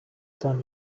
dans